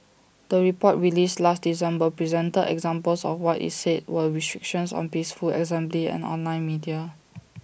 the report released last December presented examples of what IT said were restrictions on peaceful assembly and online media